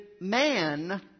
man